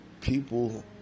people